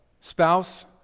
spouse